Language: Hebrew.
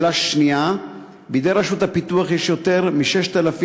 2. בידי רשות הפיתוח יש יותר מ-6,000